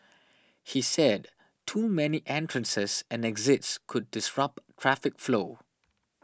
he said too many entrances and exits could disrupt traffic flow